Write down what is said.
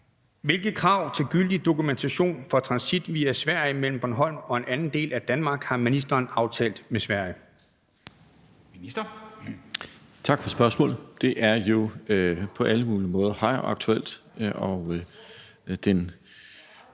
Hvilke krav til gyldig dokumentation for transit via Sverige mellem Bornholm og en anden del af Danmark har ministeren aftalt med Sverige?